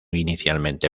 inicialmente